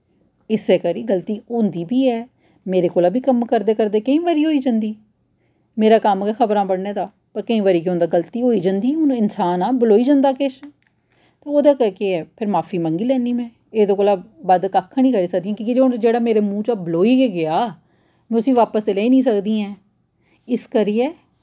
इस्सै करी गल्ती होंदी बी ऐ मेरे कोला बी कम्म करदे करदे केईं बारी होई जंदी मेरा कम्म गै खबरां पढ़ने दा पर केईं बारी केह् होंदा गल्ती होई जंदी हून इंसान आं बलोई जंदा किश ओह्दा केह् ऐ फिर माफी मंगी लैन्नी में एह्दे कोला बद्ध कक्ख निं करी सकदी कि की जेह्ड़ा हून मेरे मुंह् चा बलोई गेदा में उस्सी वापस ते लेई निं सकदी ऐ इस करियै